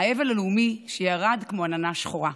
האבל הלאומי שירד כמו עננה שחורה.